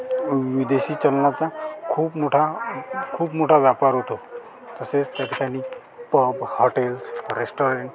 विदेशी चलनाचा खूप मोठा खूप मोठा व्यापार होतो तसेच त्या ठिकाणी पब हॉटेल्स रेस्टॉरंट